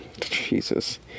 Jesus